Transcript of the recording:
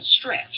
stretch